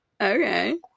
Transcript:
Okay